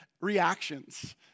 reactions